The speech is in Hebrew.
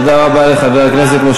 שכחת לגנות את התופעה עצמה.